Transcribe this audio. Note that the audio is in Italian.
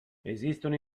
esistono